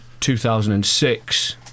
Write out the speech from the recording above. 2006